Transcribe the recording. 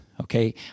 okay